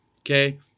Okay